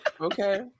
Okay